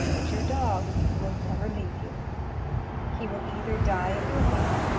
but your dog will never leave you he will either die at your feet,